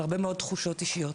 והרבה מאוד תחושות אישיות.